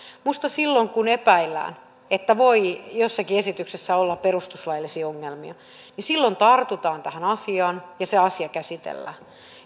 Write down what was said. minusta silloin kun epäillään että voi jossakin esityksessä olla perustuslaillisia ongelmia tartutaan tähän asiaan ja se asia käsitellään